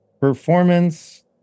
Performance